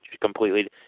completely